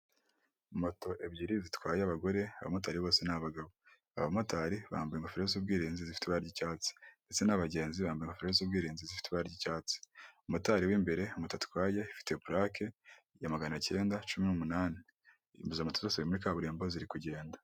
Moto ebyiri zitwaye abagore, abamotari bose ni abagabo. Abamotari bambaye ingofero z'ubwirinzi zifite ibara ry' icyatsi ndetse n'abagenzi bambaye ingofero z'ubwirinzi zifite ibara ry' icyatsi. Motari w'imbere, moto atwaye ufite purake ya maganacyenda cumi n'umunani. Izo moto zose ziri muri kaburimbo ziri kugenda.